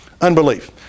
Unbelief